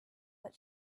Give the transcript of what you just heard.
but